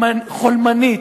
חולמנית,